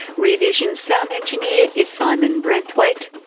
rear vision's sound engineer is simon braithwaite.